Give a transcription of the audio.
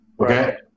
Okay